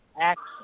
action